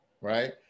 right